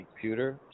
computer